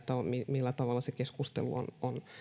millä tavalla se keskustelu on